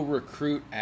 recruit